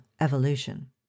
evolution